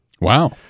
Wow